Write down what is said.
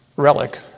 relic